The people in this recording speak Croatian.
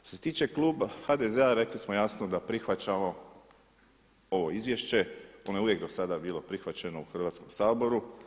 Što se tiče kluba HDZ-a rekli smo jasno da prihvaćamo ovo izvješće, ono je uvijek do sada bilo prihvaćeno u Hrvatskom saboru.